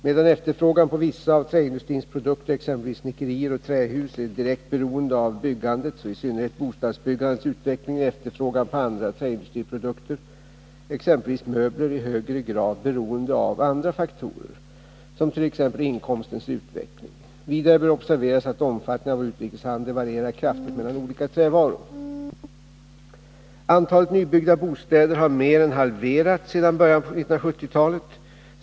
Medan efterfrågan på vissa av träindustrins produkter — exempelvis snickerier och trähus — är direkt beroende av byggandets och i synnerhet bostadsbyggandets utveckling är efterfrågan på andra träindustriprodukter — exempelvis möbler — i högre grad beroende av andra faktorer som t.ex. inkomstens utveckling. Vidare bör observeras att omfattningen av vår utrikeshandel varierar kraftigt mellan olika trävaror. Antalet nybyggda bostäder har mer än halverats sedan början på 1970-talet.